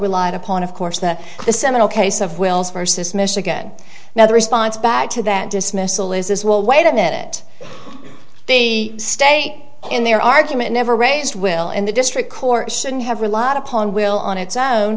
relied upon of course that the seminal case of wills versus michigan now the response back to that dismissal is this will wait a minute the stay in their argument never raised will and the district court shouldn't have relied upon will on its own